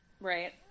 right